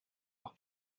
auch